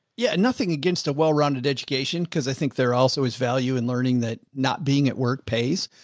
yeah and nothing against a well-rounded education. cause i think there also is value in learning that not being at work pays,